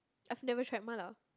I've never try mala